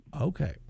Okay